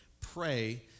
pray